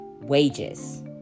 Wages